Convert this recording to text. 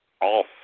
off